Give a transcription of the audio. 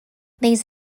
these